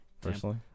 personally